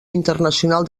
internacional